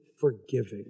forgiving